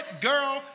girl